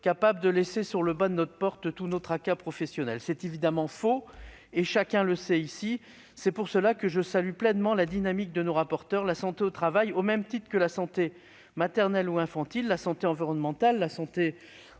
capables de laisser sur le pas de notre porte tous nos tracas professionnels. C'est évidemment faux, chacun le sait ici. C'est pourquoi je salue pleinement la dynamique engagée par nos rapporteurs. La santé au travail, au même titre que la santé maternelle ou infantile, la santé environnementale, la santé